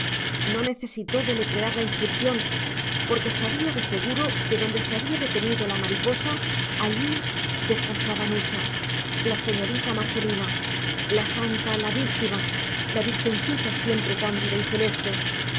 no necesitó deletrear la inscripción porque sabía de seguro que donde se había detenido la mariposa allí descansaba nucha la señorita marcelina la santa la víctima la virgencita siempre cándida y celeste